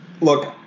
Look